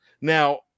Now